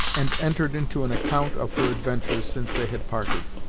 and entered into an account of her adventures since they had parted.